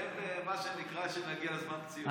מה שנקרא, כשנגיע לזמן פציעות.